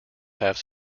have